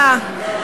תודה.